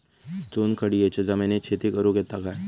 चुनखडीयेच्या जमिनीत शेती करुक येता काय?